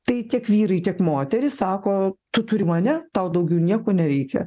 tai tiek vyrai tiek moterys sako tu turi mane tau daugiau nieko nereikia